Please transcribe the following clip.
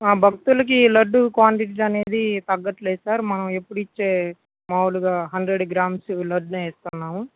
భక్తులకి లడ్డు క్వాంటిటీ అనేది తగ్గట్లేదు సార్ మనం ఎప్పుడు ఇచ్చే మామూలుగా హండ్రెడ్ గ్రామ్స్ లడ్డూనే ఇస్తున్నాము